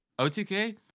otk